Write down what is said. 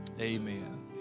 Amen